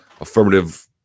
affirmative